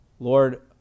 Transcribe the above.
Lord